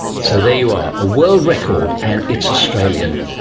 so there you are, a world record, and it's australian,